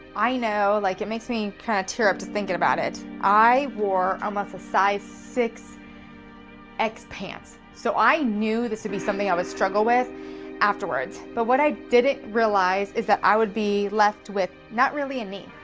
i know like it makes me kind of tear up just thinking about it. i wore um a size six x pants. so i knew this would be something i would struggle with afterwards. but what i didn't realize is that i would be left with not really a knee.